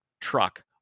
truck